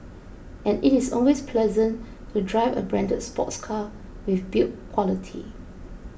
and it is always pleasant to drive a branded sports car with build quality